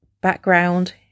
background